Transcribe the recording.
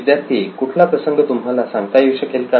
विद्यार्थी 1 कुठला प्रसंग तुम्हाला सांगता येऊ शकेल का